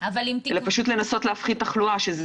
אלא פשוט לנסות להפחית תחלואה.